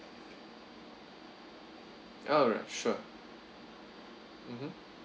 alright sure mmhmm